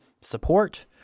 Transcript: support